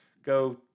Go